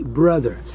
brother